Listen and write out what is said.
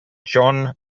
john